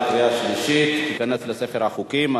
ותיכנס לספר החוקים.